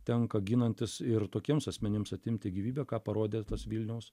tenka ginantis ir tokiems asmenims atimti gyvybę ką parodė tas vilniaus